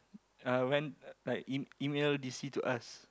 uh when like E E-email D_C to us